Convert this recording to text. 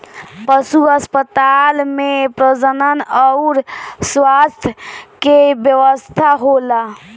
पशु अस्पताल में प्रजनन अउर स्वास्थ्य के व्यवस्था होला